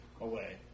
away